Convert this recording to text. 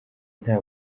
nta